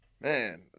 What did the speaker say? Man